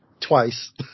Twice